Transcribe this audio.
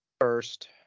First